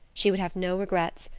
she would have no regrets,